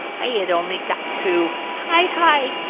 i had only got to hi, hi!